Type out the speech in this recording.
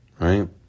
Right